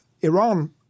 Iran